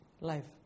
life